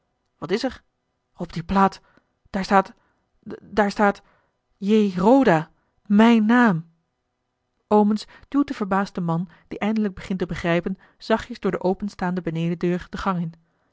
wat is er op die plaat daar staat daar staat j roda mijn naam omens duwt den verbaasden man die eindelijk begint te begrijpen zachtjes door de openstaande benedendeur de gang in